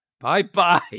Bye-bye